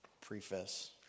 Preface